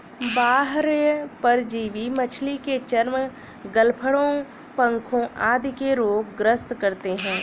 बाह्य परजीवी मछली के चर्म, गलफडों, पंखों आदि के रोग ग्रस्त करते है